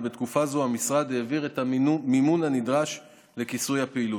ובתקופה זו המשרד העביר את המימון הנדרש לכיסוי הפעילות.